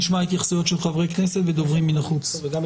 נשמע התייחסויות של חברי כנסת ושל דוברים מבחוץ.